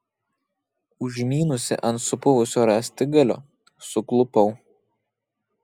užmynusi ant supuvusio rąstigalio suklupau